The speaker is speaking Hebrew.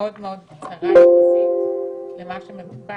מאוד מאוד קצרה את מה שמבוקש